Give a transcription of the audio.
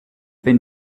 been